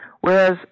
Whereas